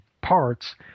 parts